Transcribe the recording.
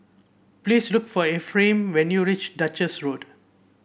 please look for Efrain when you reach Duchess Road